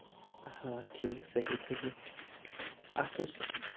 آ ٹھیٖک صحیح اَتھ اوس